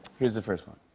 here's the first one.